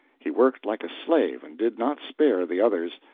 he worked like a slave and did not spare the others.